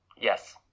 Yes